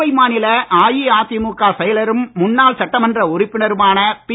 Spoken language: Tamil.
புதுவை மாநில அஇஅதிமுக செயலரும் முன்னாள் சட்டமன்ற உறுப்பினருமான பி